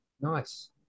Nice